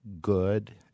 good